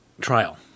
trial